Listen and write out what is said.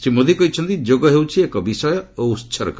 ଶ୍ରୀ ମୋଦି କହିଛନ୍ତି ଯୋଗ ହେଉଛି ଏକ ବିଷୟ ଓ ଉତ୍ସର୍ଗ